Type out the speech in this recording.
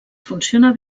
funciona